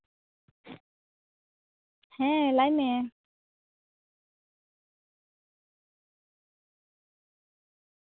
ᱦᱮᱸ ᱞᱟᱹᱭ ᱢᱮ